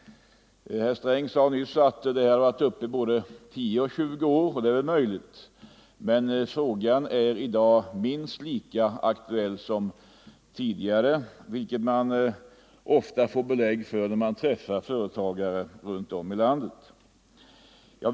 Herr Sträng sade nyss att denna fråga har varit uppe både 10 och 20 år, och det är möjligt. Men frågan är i dag minst lika aktuell som tidigare, vilket jag ofta får belägg för när jag träffar företagare runt om i landet.